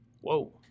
whoa